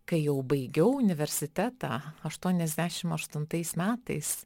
kai jau baigiau universitetą aštuoniasdešim aštuntais metais